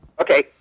Okay